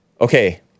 Okay